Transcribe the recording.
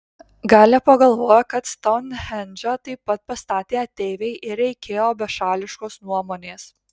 gal jie pagalvojo kad stounhendžą taip pat pastatė ateiviai ir reikėjo bešališkos nuomonės